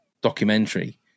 documentary